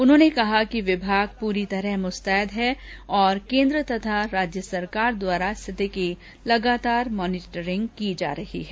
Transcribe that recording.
उन्होंने कहा कि विभाग पूरी तरह मुस्तैद है तथा केन्द्र और राज्य सरकार द्वारा स्थिति की लगातार मॉनिटरिंग की जा रही है